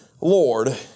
Lord